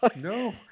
no